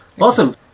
Awesome